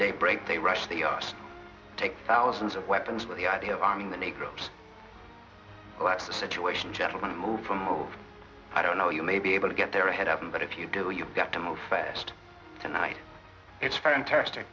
daybreak they rush the us take thousands of weapons with the idea of arming the negroes that the situation gentlemen move from move i don't know you may be able to get there ahead of them but if you do you've got to move fast tonight it's fantastic